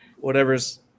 whatever's